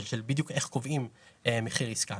זה רק לחברות ישראליות?